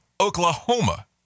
Oklahoma